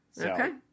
okay